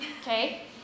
okay